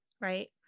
right